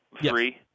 three